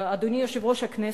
אדוני יושב-ראש הכנסת,